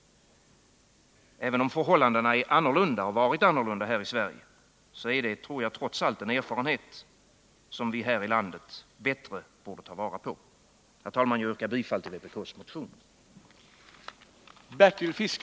Även om förhållandena är och har varit annorlunda här i Sverige, tror jag att det är en erfarenhet som vi här i landet bättre borde ta vara på. Herr talman! Jag yrkar bifall till vpk:s motioner i detta ärende.